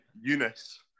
Eunice